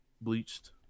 Bleached